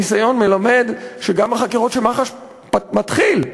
הניסיון מלמד שגם החקירות שמח"ש מתחילה,